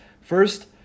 First